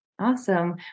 Awesome